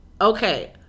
Okay